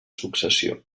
successió